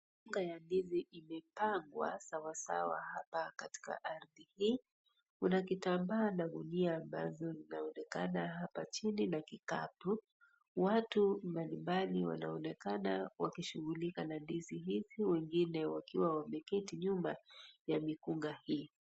Mikunga ya ndizi imepangwa sawa sawa hapa katika ardhi hii . Kuna kitambaa na gunia ambazo zinaonekana hapa chini na kikapu. Watu mbalimbali wanaonekana wakishughulika na ndizi hizi wengine wakiwa wameketi nyuma ya mikunga hii.